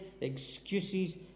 excuses